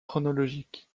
chronologique